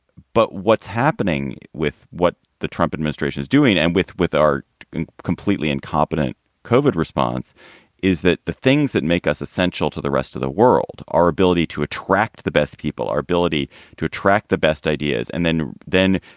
but what's happening with what the trump administration is doing and with with our completely incompetent covert response is that the things that make us essential to the rest of the world, our ability to attract the best people, our ability to attract the best ideas, and then then,